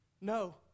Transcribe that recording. No